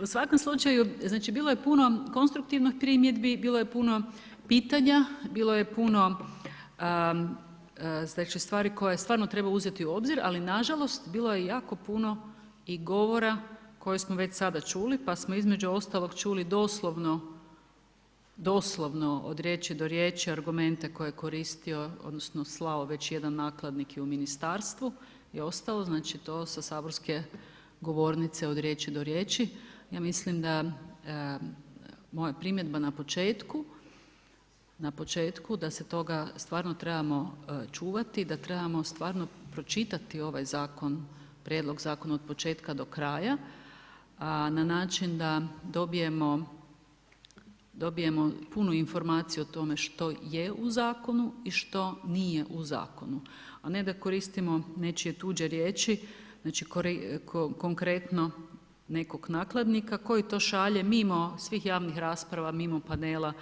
U svakom slučaju, znači bilo je puno konstruktivnih primjedbi, bilo je puno pitanja, bilo je puno stvari koje stvarno treba uzeti u obzir ali nažalost, bilo je jako puno i govora koje smo već sada čuli pa smo između ostalog čuli doslovno, doslovno od riječi do riječi argumente koje je koristio odnosno slao već jedan nakladnik i u ministarstvu je ostao, znači to sa saborske govornice od riječi do riječi, ja mislim da, moja primjedba na početku da se toga stvarno trebamo čuvati, da trebamo stvarno pročitati ovaj prijedlog zakona od početka do kraja a na način da dobijemo puni informaciju o tome što je u zakonu o što nije u zakonu a ne da koristimo nečije tuđe riječi, znači konkretno nekog nakladnika koji to šalje mimo svih javnih rasprava, mimo panela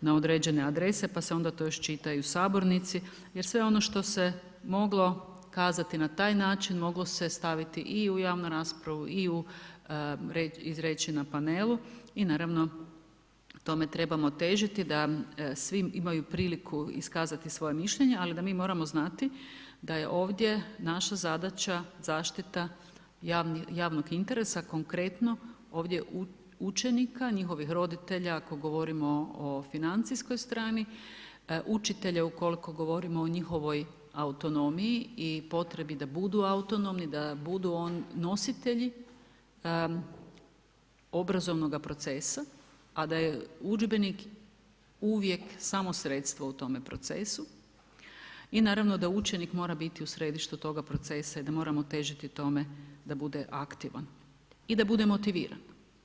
na određene adrese pa se onda to još čita i u sabornici jer sve ono što se moglo kazati na taj način, moglo se staviti i u javnu raspravu i izreći na panelu i naravno tome trebamo težiti da svi imaju priliku iskazati svoje mišljenje ali da mi moramo znati da je ovdje naša zadaća zaštita javnih interesa konkretno, ovdje učenika, njihovih roditelja ako govorimo o financijskoj strani, učitelja ukoliko govorimo o njihovoj autonomiji i potrebi da budu autonomni, da budu nositelji obrazovnoga procesa a da je udžbenik uvijek samo sredstvo u tome procesu i na ravno da učenik mora biti u središtu toga procesa i da moramo težiti tome da bude aktivan i da bude motiviran.